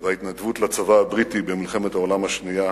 וההתנדבות לצבא הבריטי במלחמת העולם השנייה,